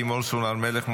לימור סון הר מלך,